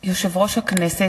יושב-ראש הכנסת,